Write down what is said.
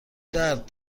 درد